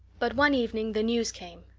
but one evening the news came.